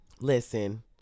listen